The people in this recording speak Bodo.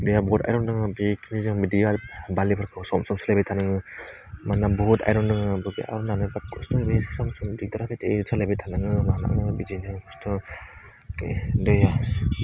दैया बहुथ आयरन दङ बेखिनि जों बिदि आरो बालिफोरखौ सम सम सोलायबाय थानाङो मानोना बहुथ आयरन दङो सम सम दिगदार होबाय थायो सोलायबाय थानाङो मानाङो बिदिनो खस्थ' दैया